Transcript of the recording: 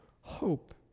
Hope